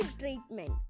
treatment